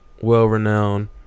well-renowned